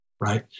right